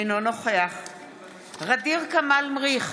אינו נוכח ע'דיר כמאל מריח,